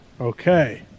Okay